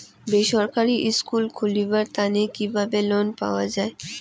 বেসরকারি স্কুল খুলিবার তানে কিভাবে লোন পাওয়া যায়?